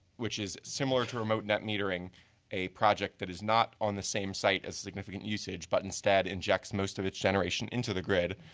which is similar to remote net metering a project that is not on the same site as significant usage, but instead injects most of its generation into the grid.